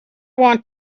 want